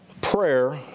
prayer